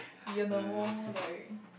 you know like